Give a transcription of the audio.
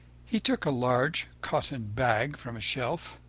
he took a large cotton bag from a shelf,